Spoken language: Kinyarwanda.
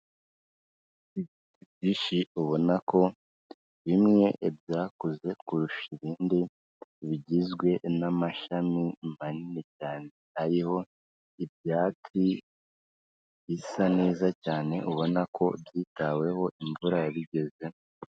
Byinshishi ubona ko bimwe byakuze kurusha ibindi, bigizwe n'amashami manini cyane, ariho ibyatsi bisa neza cyane ubona ko byitaweho, imvura yabigezemo.